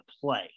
play